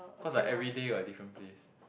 cause I everyday got different place